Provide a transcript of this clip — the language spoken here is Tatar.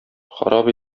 харап